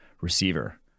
receiver